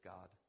God